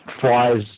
flies